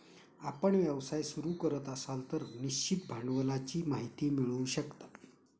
आपण व्यवसाय सुरू करत असाल तर निश्चित भांडवलाची माहिती मिळवू शकता